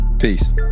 Peace